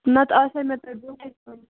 نتہٕ آسہے مےٚ تۄہہِ برونہے کوٚرمُت فون